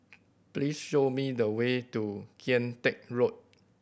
please show me the way to Kian Teck Road